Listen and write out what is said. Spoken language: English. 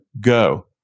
go